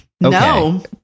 no